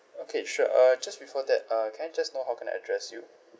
okay sure uh just before that uh can I just know how can I address you